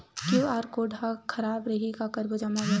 QR code हा खराब रही का करबो जमा बर?